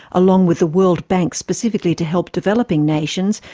along with the world bank specifically to help developing nations,